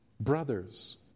brother's